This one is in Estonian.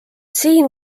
siin